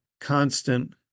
constant